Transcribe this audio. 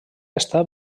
està